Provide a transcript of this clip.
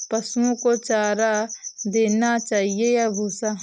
पशुओं को चारा देना चाहिए या भूसा?